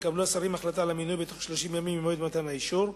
יקבלו השרים החלטה על המינוי בתוך 30 ימים ממועד מתן האישור.